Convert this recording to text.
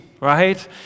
right